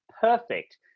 perfect